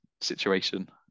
situation